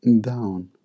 down